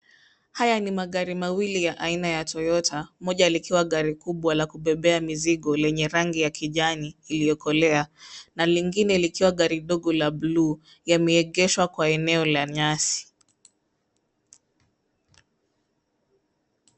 Haya ni magari mawili ya aina ya Toyota, Moja likiwa gari kubwa ya kubebea mizigo lenye rangi ya kijani iliyokolea na lingine likiwa gari dogo la buluu, yameegeshwa kwa eneo la nyasi